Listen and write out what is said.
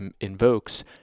invokes